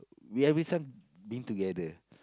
we everytime being together